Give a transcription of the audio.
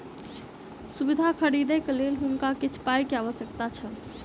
सुविधा खरीदैक लेल हुनका किछ पाई के आवश्यकता छल